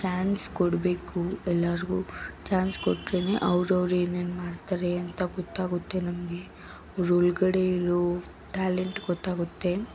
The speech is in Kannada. ಚಾನ್ಸ್ ಕೊಡಬೇಕು ಎಲ್ರಿಗೂ ಚಾನ್ಸ್ ಕೊಟ್ರೆಯೇ ಅವ್ರವ್ರು ಏನೇನು ಮಾಡ್ತಾರೆ ಅಂತ ಗೊತ್ತಾಗುತ್ತೆ ನಮಗೆ ಅವ್ರ ಒಳ್ಗಡೆ ಇರೋ ಟ್ಯಾಲೆಂಟ್ ಗೊತ್ತಾಗುತ್ತೆ